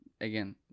Again